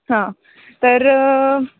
हां तर